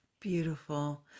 beautiful